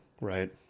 right